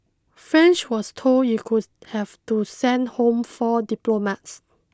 France was told it could have to send home four diplomats